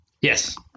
Yes